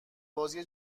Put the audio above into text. بازی